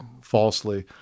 falsely